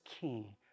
king